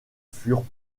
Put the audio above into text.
furent